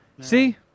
See